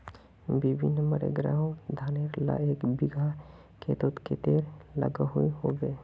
BB number एगारोह धानेर ला एक बिगहा खेतोत कतेरी लागोहो होबे?